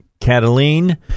Cataline